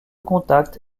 contacts